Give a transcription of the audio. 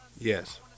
Yes